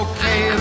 Okay